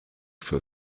for